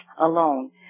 alone